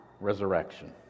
resurrection